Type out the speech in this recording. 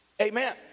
Amen